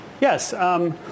Yes